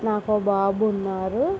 నాకు ఒక బాబు ఉన్నారు